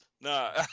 No